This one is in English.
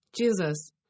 Jesus